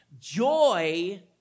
Joy